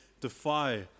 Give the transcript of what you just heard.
defy